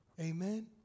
Amen